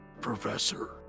professor